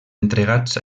entregats